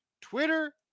Twitter